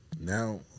now